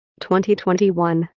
2021